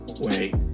Wait